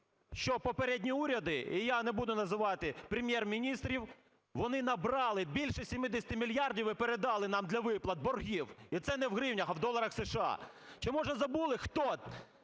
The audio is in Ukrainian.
що попередні уряди (і я не буду називати Прем'єр-міністрів) вони набрали більше 70 мільярдів і передали для виплат боргів, і це не в гривнях, а в доларах США. Чи може забули, хто